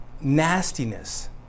nastiness